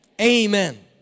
Amen